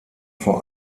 vor